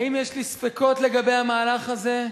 האם יש לי ספקות לגבי המהלך הזה?